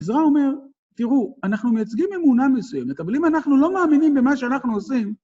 עזרא אומר, תראו, אנחנו מייצגים אמונה מסוימת, אבל אם אנחנו לא מאמינים במה שאנחנו עושים...